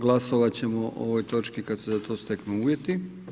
Glasovat ćemo o ovoj točki kad se za to steknu uvjeti.